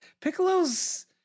piccolo's